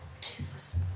Jesus